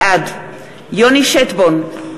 בעד יוני שטבון,